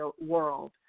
world